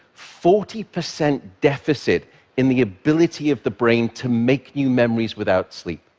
forty percent deficit in the ability of the brain to make new memories without sleep.